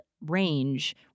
range